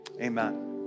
amen